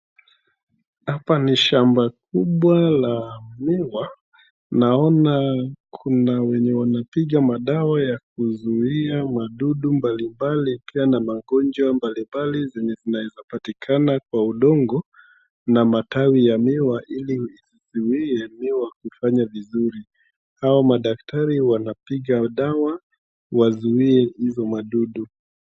Hapa ni shamba kubwa la miwa, Naona kuna wenye wanapiga madawa ya kuzuia wadudu mbali mbali na magonjwa mbali mbali zenye zinezapatikana kwa udongo na na matawi ya miwa ili isizuie miwa kufanya vizuri. Hao madaktari wanapiga dawa, wazuie hizo madudu.